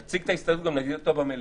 נציג את ההסתייגות במליאה.